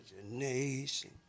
imagination